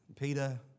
Peter